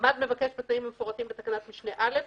בתנאים המפורטים בתקנת משנה (א),